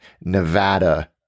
Nevada